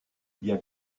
bien